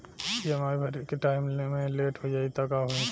EMI भरे के time मे लेट हो जायी त का होई?